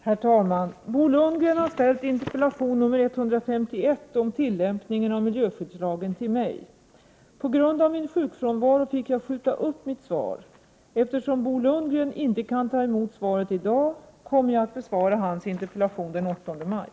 Herr talman! Bo Lundgren har ställt interpellation 151 om tillämpningen av miljöskyddslagen till mig. På grund av min sjukfrånvaro fick jag skjuta upp mitt svar. Eftersom Bo Lundgren inte kan ta emot svaret i dag, kommer jag att besvara hans interpellation den 8 maj.